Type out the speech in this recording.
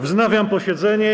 Wznawiam posiedzenie.